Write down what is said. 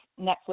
Netflix